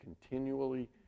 continually